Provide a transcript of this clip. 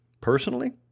personally